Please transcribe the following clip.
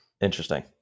Interesting